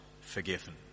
forgiven